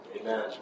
Amen